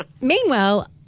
meanwhile